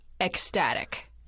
ecstatic